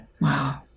Wow